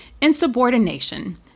Insubordination